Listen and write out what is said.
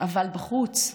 אבל בחוץ,